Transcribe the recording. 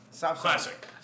Classic